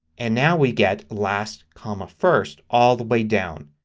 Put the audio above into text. and now we get last comma first all the way down.